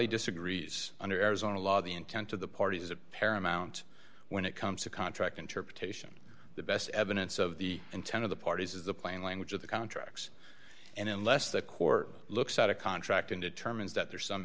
appellee disagrees under arizona law the intent of the parties is a paramount when it comes to contract interpretation the best evidence of the intent of the parties is the plain language of the contracts and unless the court looks at a contract and determines that there's some